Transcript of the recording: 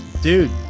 Dude